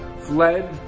fled